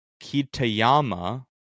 Kitayama